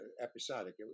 episodic